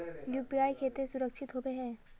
UPI केते सुरक्षित होबे है?